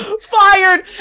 fired